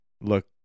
look